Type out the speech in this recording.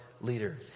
leader